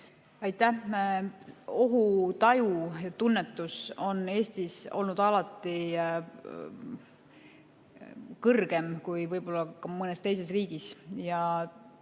Aitäh! Ohutaju ja -tunnetus on Eestis olnud alati kõrgem kui mõnes teises riigis.